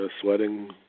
sweating